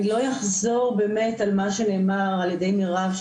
אני לא אחזור על מה שנאמר על ידי מירב,